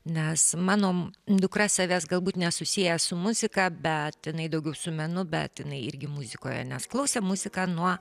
nes mano dukra savęs galbūt nesusieja su muzika bet jinai daugiau su menu bet jinai irgi muzikoje nes klausė muziką nuo